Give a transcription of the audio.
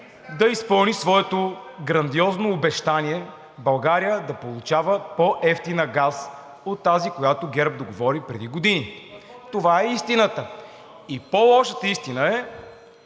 …да изпълни своето грандиозно обещание България да получава по-евтина газ от тази, която ГЕРБ договори преди години! Това е истината! И по-лошата истина е,